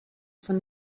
von